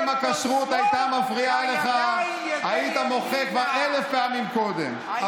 אם הכשרות הייתה מפריעה לך היית מוחה כבר אלף פעמים קודם,